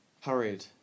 hurried